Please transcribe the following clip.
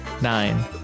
nine